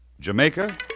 Jamaica